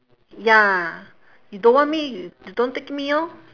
ya you don't want me y~ you don't take me orh